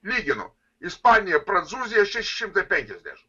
lyginu ispanija prancūzija šeši šimtai penkiasdešimt